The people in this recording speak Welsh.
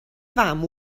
fam